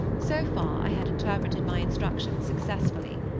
so far i had interpreted my instructions successfully.